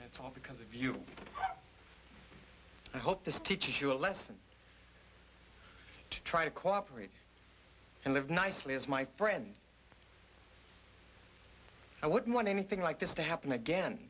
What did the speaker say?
all because of you i hope this teaches you a lesson to try to cooperate and live nicely as my friend i wouldn't want anything like this to happen again